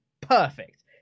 perfect